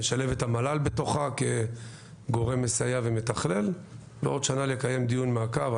תשלב את המל"ל בתוכה כגורם מסייע ומתכלל ועוד שנה לקיים דיון מעקב,